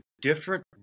different